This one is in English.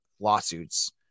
lawsuits